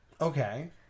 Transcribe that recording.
Okay